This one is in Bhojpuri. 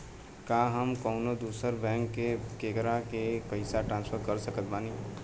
का हम कउनों दूसर बैंक से केकरों के पइसा ट्रांसफर कर सकत बानी?